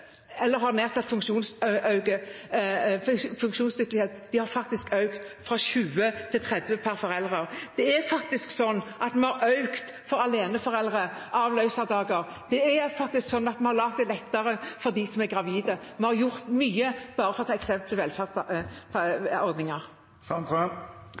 eller har nedsatt funksjonsevne, økt fra 20 til 30 per forelder. Det er faktisk sånn at vi har økt antall avløserdager for aleneforeldre, og vi har gjort det lettere for de som er gravide. Vi har gjort mye, bare for å ta